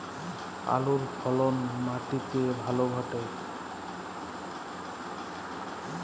আলুর ফলন মাটি তে ভালো ঘটে?